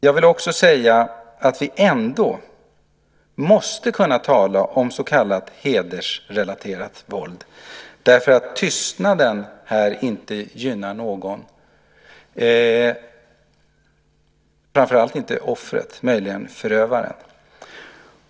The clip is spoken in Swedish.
Jag vill också säga att vi ändå måste kunna tala om så kallat hedersrelaterat våld, därför att tystnaden här inte gynnar någon, framför allt inte offret - möjligen förövaren.